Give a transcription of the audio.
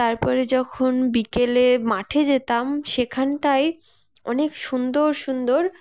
তারপরে যখন বিকেলে মাঠে যেতাম সেখানটাই অনেক সুন্দর সুন্দর